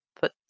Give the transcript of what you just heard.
put